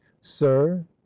sir